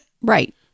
Right